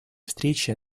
встрече